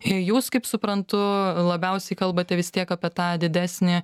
jūs kaip suprantu labiausiai kalbate vis tiek apie tą didesnį